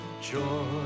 joy